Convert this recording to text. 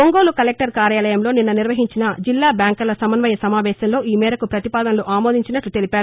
Ongole collector కార్యాలయంలో నిన్న నిర్వహించిన జిల్లా బ్యాంకర్ల సమన్వయ సమావేశంలో ఈ మేరకు ప్రతిపాదనలు ఆమోందించినట్లు ఆయన తెలిపారు